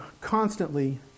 constantly